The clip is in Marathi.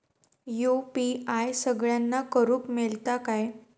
यू.पी.आय सगळ्यांना करुक मेलता काय?